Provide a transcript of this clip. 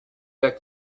back